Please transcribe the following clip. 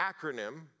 acronym